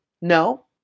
No